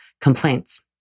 complaints